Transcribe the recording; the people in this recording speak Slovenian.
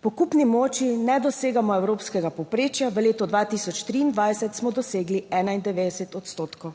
Po kupni moči ne dosegamo evropskega povprečja, v letu 2023 smo dosegli 91 odstotkov.